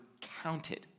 counted